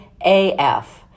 AF